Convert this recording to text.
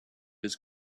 his